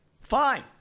fine